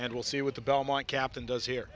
and we'll see what the belmont captain does here